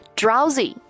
drowsy